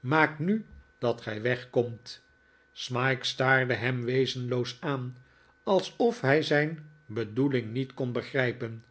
maak nu dat gij weg komt smike staarde hem wezenloos aan alsof hij zijn bedoeling niet kon begrijpen